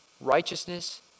righteousness